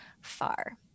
far